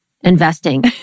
investing